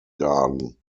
garden